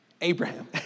Abraham